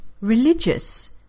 Religious